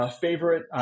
favorite